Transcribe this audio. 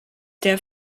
der